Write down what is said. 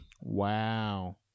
Wow